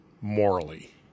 Morally